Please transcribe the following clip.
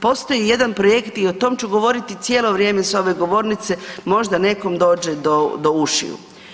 Postoji jedan projekt i o tom ću govoriti cijelo vrijeme s ove govornice, možda nekom dođe do ušiju.